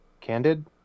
candid